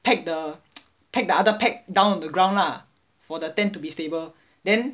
peg the peg the the other tent down on the ground lah for the tent to be stable